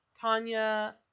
Tanya